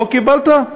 לא קיבלת?